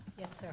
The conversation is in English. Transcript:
yes sir.